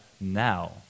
now